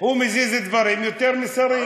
הוא מזיז דברים יותר משרים.